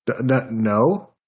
No